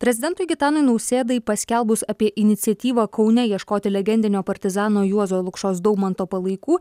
prezidentui gitanui nausėdai paskelbus apie iniciatyvą kaune ieškoti legendinio partizano juozo lukšos daumanto palaikų